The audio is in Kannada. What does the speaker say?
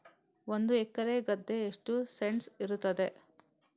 ಒಂದು ಎಕರೆ ಗದ್ದೆ ಎಷ್ಟು ಸೆಂಟ್ಸ್ ಇರುತ್ತದೆ?